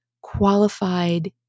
qualified